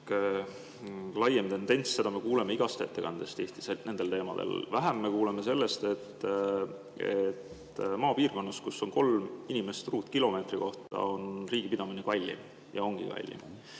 laiem tendents, seda me kuuleme igast ettekandest Eestis nendel teemadel. Vähem me kuuleme sellest, et maapiirkonnas, kus on kolm inimest ruutkilomeetri kohta, on riigi pidamine kallim. Ja ongi kallim.